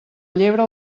llebre